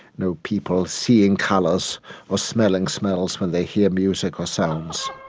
know, people seeing colours or smelling smells when they hear music or sounds.